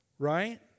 right